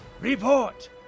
Report